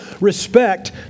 respect